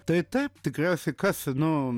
tai taip tikriausiai kas nu